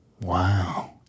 Wow